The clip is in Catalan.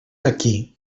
aquí